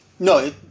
No